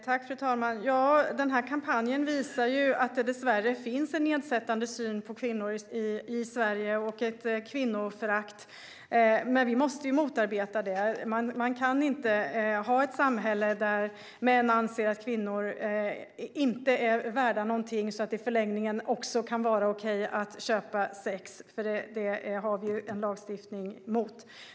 Fru talman! Kampanjen visar att det dessvärre finns en nedsättande syn på kvinnor i Sverige och ett kvinnoförakt. Vi måste motarbeta det. Man kan inte ha ett samhälle där män anser att kvinnor inte är värda någonting så att det i förlängningen också kan vara okej att köpa sex. Det har vi en lagstiftning mot.